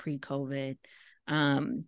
pre-COVID